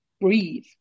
breathe